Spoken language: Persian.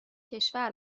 کشور